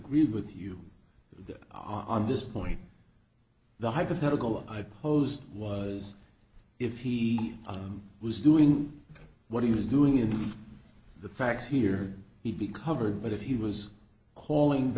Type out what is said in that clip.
agree with you on this point the hypothetical i posed was if he was doing what he was doing in the facts here he'd be covered but if he was hauling